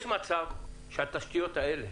יש מצב שהתשתיות האלה